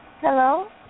hello